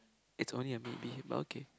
it's only a maybe but okay